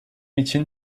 için